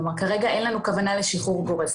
כלומר, כרגע אין לנו כוונה לשחרור גורף.